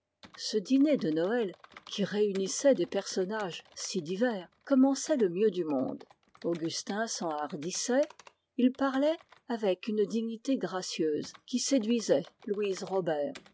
ce dîner de noël qui réunissait des personnages si divers commençait le mieux du monde augustin s'enhardissait il parlait avec une dignité gracieuse qui séduisait louise robert